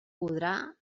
podrà